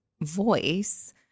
voice